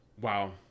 Wow